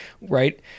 right